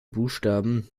buchstaben